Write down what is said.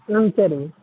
ம் சரிங்க